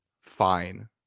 fine